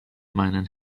meinen